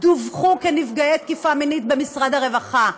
דווחו כנפגעי תקיפה מינית, במשרד הרווחה.